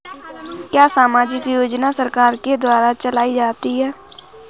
क्या सामाजिक योजना सरकार के द्वारा चलाई जाती है?